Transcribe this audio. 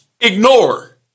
Ignore